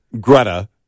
Greta